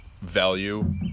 value